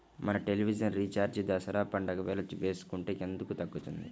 మన television recharge Dasara పండగ వేళ వేసుకుంటే ఎందుకు తగ్గుతుంది?